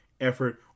effort